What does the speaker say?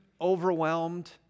overwhelmed